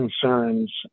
concerns